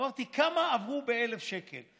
אמרתי: כמה עברו ב-1,000 שקל?